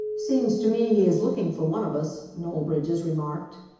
seems to me he is looking for one of us, noel bridges remarked.